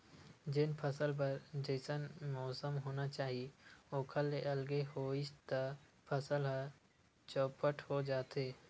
जेन फसल बर जइसन मउसम होना चाही ओखर ले अलगे होइस त फसल ह चउपट हो जाथे